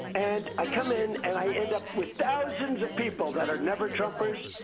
and i come in and i end up with thousands of people that are never-trumpers.